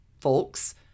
folks